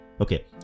Okay